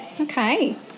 Okay